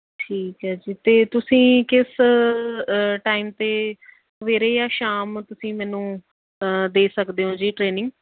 ਠੀਕ ਹੈ ਜੀ ਅਤੇ ਤੁਸੀਂ ਕਿਸ ਟਾਈਮ 'ਤੇ ਸਵੇਰੇ ਜਾਂ ਸ਼ਾਮ ਤੁਸੀਂ ਮੈਨੂੰ ਦੇ ਸਕਦੇ ਹੋ ਜੀ ਟ੍ਰੇਨਿੰਗ